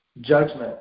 judgment